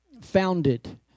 founded